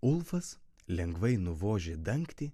ulfas lengvai nuvožė dangtį